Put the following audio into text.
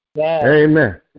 Amen